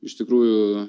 iš tikrųjų